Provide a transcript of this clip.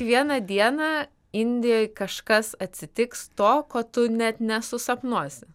vieną dieną indijoj kažkas atsitiks to ko tu net nesusapnuosi